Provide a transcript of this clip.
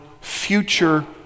future